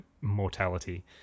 mortality